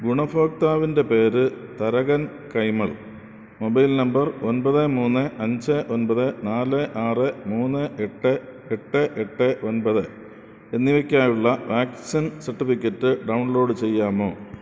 ഗുണഭോക്താവിൻ്റെ പേര് Tharakan Kaimal mobile number ഒൻപത് മൂന്ന് അഞ്ച് ഒൻപത് നാല് ആറ് മൂന്ന് എട്ട് എട്ട് എട്ട് ഒൻപത് എന്നിവയ്ക്കായുള്ള വാക്സിൻ സർട്ടിഫിക്കറ്റ് ഡൗൺലോഡ് ചെയ്യാമോ